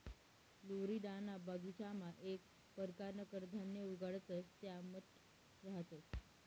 फ्लोरिडाना बगीचामा येक परकारनं कडधान्य उगाडतंस त्या मठ रहातंस